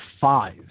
five